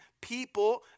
people